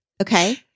Okay